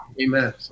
Amen